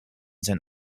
zijn